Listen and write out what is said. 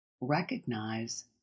recognize